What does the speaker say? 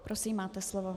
Prosím, máte slovo.